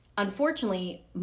Unfortunately